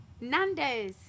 Nando's